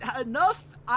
enough